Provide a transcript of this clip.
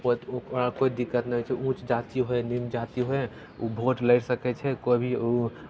ओ ओकरा कोइ दिक्कत नहि होइ छै ऊँच जाति होय निम्न जाति होय ओ भोट लड़ि सकै छै कोइ भी ओ